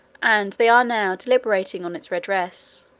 and they are now deliberating on its redress